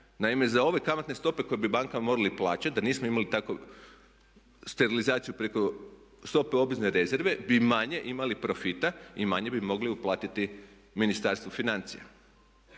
Naime, za ove kamatne stope koje bi banka morala plaćati da nismo imali takvu sterilizaciju preko stope obvezne rezerve bi manje imali profita i manje bi mogli uplatiti Ministarstvu financija.